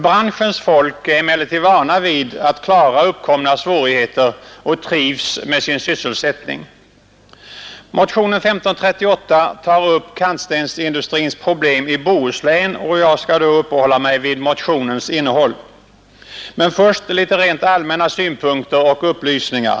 Branschens folk är emellertid vana vid att klara uppkomna svårigheter och trivs med sin sysselsättning. Motionen 1538 tar upp kantstensindustrins problem i Bohuslän, och jag skall då uppehålla mig vid motionens innehåll. Men först litet rent allmänna synpunkter och upplysningar.